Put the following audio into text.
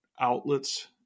outlets